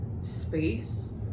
space